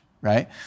right